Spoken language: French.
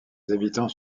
habitants